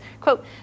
quote